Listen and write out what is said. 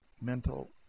mental